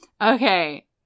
Okay